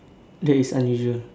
that is unusual